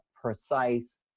precise